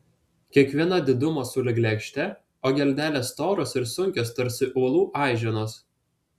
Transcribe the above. kiekviena didumo sulig lėkšte o geldelės storos ir sunkios tarsi uolų aiženos